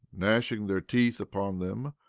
gnashing their teeth upon them,